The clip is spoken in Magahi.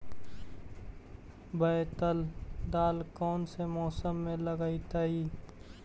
बैतल दाल कौन से मौसम में लगतैई?